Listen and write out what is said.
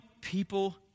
people